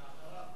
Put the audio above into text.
ואחריו?